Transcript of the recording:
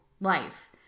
life